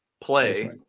play